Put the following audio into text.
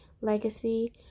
legacy